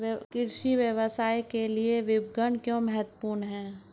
कृषि व्यवसाय के लिए विपणन क्यों महत्वपूर्ण है?